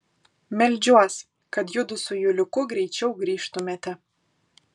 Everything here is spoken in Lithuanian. meldžiuos kad judu su juliuku greičiau grįžtumėte